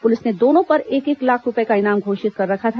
police ने दोनों पर एक एक लाख रुपये का इनाम घोषित कर रखा था